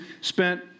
spent